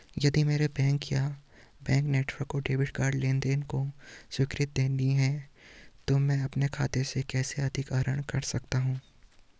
यदि मेरे बैंक या बैंक नेटवर्क को डेबिट कार्ड लेनदेन को स्वीकृति देनी है तो मैं अपने खाते से कैसे अधिक आहरण कर सकता हूँ?